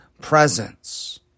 presence